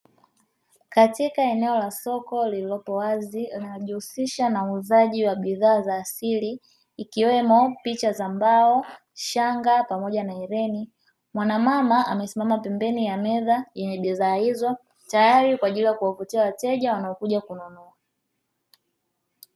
Katika eneo la soko lililopo wazi linajihusisha na uuzaji wa bidhaa za asili ikiwemo picha za mbao, shanga pamoja na hereni. Mwana mama amesimama pembeni ya meza yenye bidhaa hizo tayari kwa ajili ya kuwavutia wateja wanaokuja kununua.